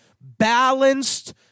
balanced